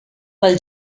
pel